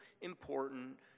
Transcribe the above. important